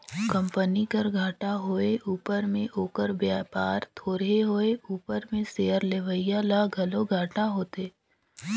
company कर घाटा होए उपर में ओकर बयपार थोरहें होए उपर में सेयर लेवईया ल घलो घाटा होथे